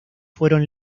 fueron